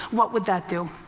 what would that do?